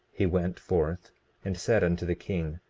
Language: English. he went forth and said unto the king